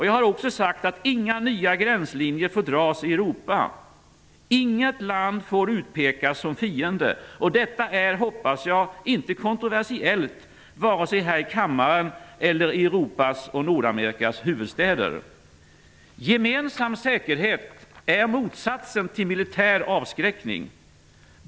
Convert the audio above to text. Jag har också sagt att inga nya gränslinjer får dras i Europa. Inget land får utpekas som fiende. Detta är, hoppas jag, inte kontroversiellt vare sig här i kammaren eller i Europas och Gemensam säkerhet är motsatsen till militär avskräckning.